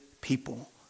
people